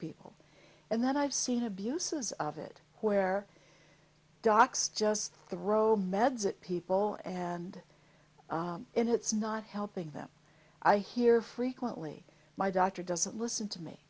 people and that i've seen abuses of it where docs just the row meds it people and it's not helping them i hear frequently my doctor doesn't listen to me